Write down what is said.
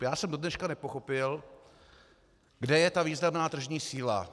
Já jsem dodneška nepochopil, kde je ta významná tržní síla.